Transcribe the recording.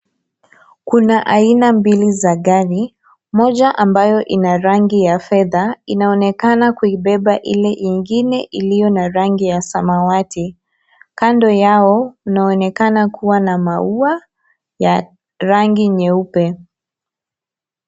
Kuna aina mbili za gari, moja ambayo ina rangi ya fedha, inaonekana kuibeba ile ingine, iliyo na rangi ya samawati. Kando yao kunaonekana kuwa na maua ya rangi nyeupe.